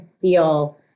feel